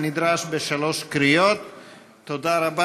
התשע"ח